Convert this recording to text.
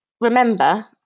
remember